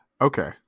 okay